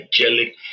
angelic